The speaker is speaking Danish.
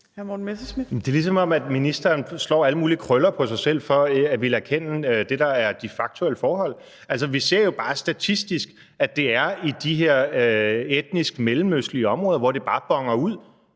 Det er, som om ministeren slår alle mulige krøller på sig selv mod at ville erkende det, der er de faktuelle forhold. Vi ser jo bare statistisk, at det er i de her etnisk mellemøstlige områder, hvor det boner ud.